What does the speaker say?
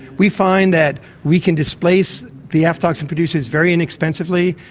we find that we can displace the aflatoxin producers very inexpensively,